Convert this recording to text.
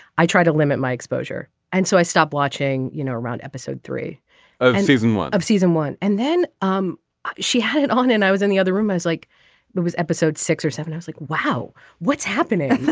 i try to limit my exposure and so i stop watching you know around episode three of season one of season one and then um she had it on and i was in the other room i was like there was episode six or seven i was like wow what's happening.